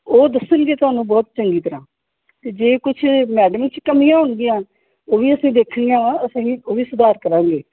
ਉਹ ਦੱਸਣਗੇ ਤੁਹਾਨੂੰ ਬਹੁਤ ਚੰਗੀ ਤਰ੍ਹਾਂ ਅਤੇ ਜੇ ਕੁਛ ਮੈਡਮ 'ਚ ਕਮੀਆਂ ਹੋਣਗੀਆਂ ਉਹ ਵੀ ਅਸੀਂ ਦੇਖਣੀਆਂ ਵਾ ਅਸੀਂ ਵੀ ਉਹ ਵੀ ਸੁਧਾਰ ਕਰਾਂਗੇ